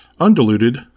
undiluted